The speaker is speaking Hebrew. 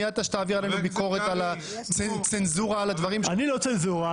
מי אתה שתעביר צנזורה על הדברים --- אני לא צנזורה,